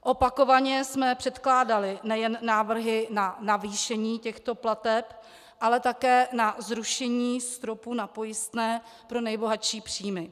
Opakovaně jsme předkládali nejen návrhy na navýšení těchto plateb, ale také na zrušení stropu na pojistné pro nejbohatší příjmy.